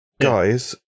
guys